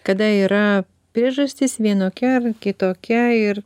kada yra priežastis vienokia ar kitokia ir